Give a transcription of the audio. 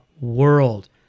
world